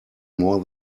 more